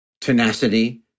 tenacity